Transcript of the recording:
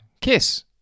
Kiss